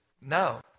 no